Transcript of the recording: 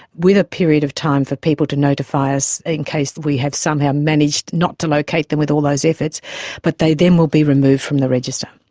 with a period of time for people to notify us in case we have somehow managed not to locate them with all those efforts, but they then will be removed from the register.